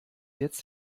jetzt